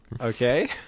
Okay